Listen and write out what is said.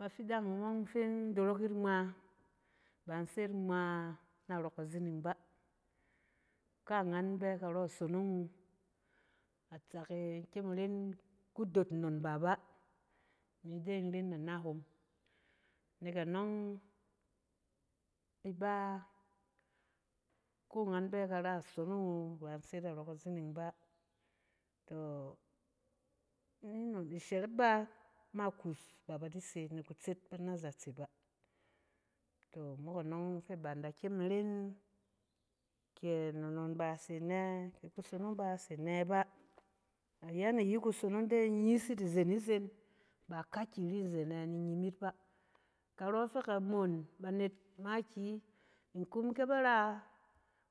Bafiding hom ɔng fi in dorok yit ngma, ba in se yit ngma narɔ kazining bá. Kaangan bɛ karɔ isonong wu, atsak e in kyem in ren kudoot nnon ba bá, imi de in ren kudoot na nahom. Nɛk anɔng, iba, koangan bɛ karɔ isonong wu, ba in se yit narɔ kazining ba. Tɔ!, ishɛrɛp ba ma kus, ba ba di se ni kutset nazatse bá. Tɔ! Mok anɔng fɛ ba na kyem in ren kɛ nnon ba se nɛ kɛ kusonong ba se nɛ bá. Ayanayi kusonong dee, in nyisit izen izen, ba ka kiri izen e in nyis yit ba. Karɔ fɛ ka moon banet makiyi nkum ke ba ra